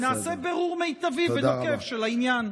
ונעשה בירור מיטבי ונוקב של העניין.